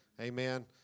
Amen